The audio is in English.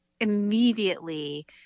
immediately